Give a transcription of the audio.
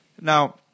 now